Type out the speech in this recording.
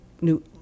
New